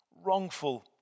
wrongful